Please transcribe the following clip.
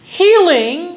healing